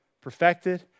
perfected